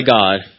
God